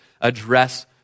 address